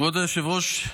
כבוד היושב-ראש,